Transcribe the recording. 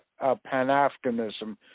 pan-Africanism